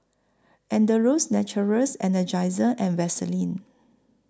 Andalou Naturals Energizer and Vaseline